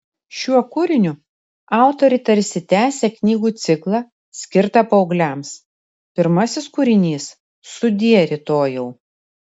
šiuo kūriniu autorė tarsi tęsia knygų ciklą skirtą paaugliams pirmasis kūrinys sudie rytojau